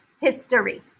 history